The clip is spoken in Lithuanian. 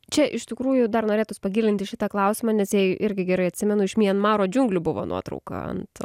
čia iš tikrųjų dar norėtųs pagilinti šitą klausimą nes jei irgi gerai atsimenu iš mianmaro džiunglių buvo nuotrauka ant